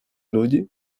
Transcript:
ludzi